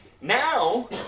Now